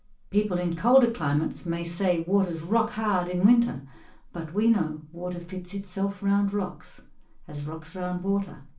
people in colder climates may say water's rock-hard in winter but we know water fits itself round rocks as rocks round water.